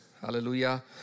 Hallelujah